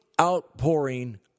outpouring